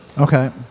Okay